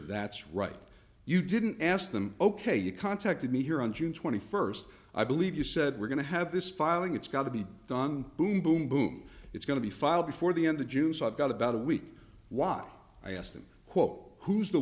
that's right you didn't ask them ok you contacted me here on june twenty first i believe you said we're going to have this filing it's got to be done boom boom boom it's going to be filed before the end of june so i've got about a week while i asked them quote who's the